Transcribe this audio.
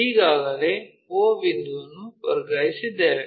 ಈಗಾಗಲೇ o ಬಿಂದುವನ್ನು ವರ್ಗಾಯಿಸಿದ್ದೇವೆ